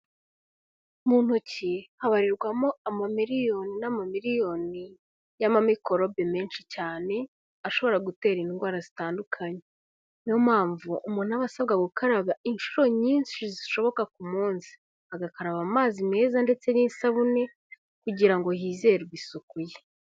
Mu ntoki habarirwamo amamiliyoni n'amamiliyoni y'amamikorobe menshi cyane, ashobora gutera indwara zitandukanye. Ni yo mpamvu umuntu aba asabwa gukaraba inshuro nyinshi zishoboka ku munsi. Agakaraba amazi meza ndetse n'isabune, kugira ngo hizerwe isuku ye.